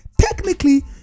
technically